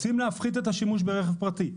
רוצים להפחית את השימוש ברכב פרטי,